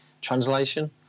translation